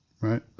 right